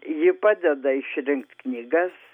ji padeda išrinkt knygas